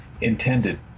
intended